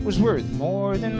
was worth more than